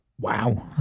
wow